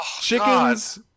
Chickens